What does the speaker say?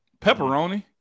pepperoni